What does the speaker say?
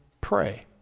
pray